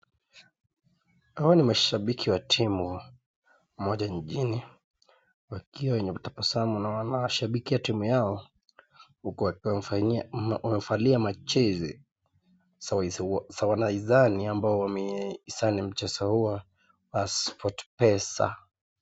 Hawa ni mashabiki wa timu moja nchini. Wakiwa wakitabasamu naona wanashabikia timu yao huku wamevalia mijezi za waisani ambao wamehesani mchezo huo wa SportPesa.